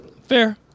Fair